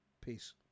Peace